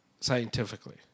scientifically